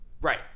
Right